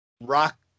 Rock